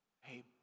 Hey